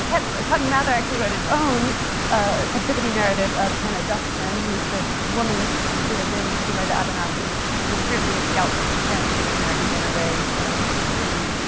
ah cotton mather actually wrote his own ah captivity narrative of hannah dustin, who is this woman who had been taken by the abanachy and apparently in scouts ten native americans on her way fleeing.